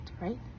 right